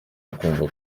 kumva